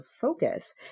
focus